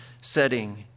setting